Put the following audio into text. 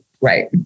Right